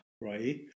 right